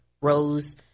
rose